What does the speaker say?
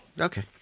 Okay